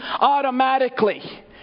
automatically